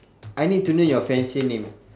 I need to know your fiancee name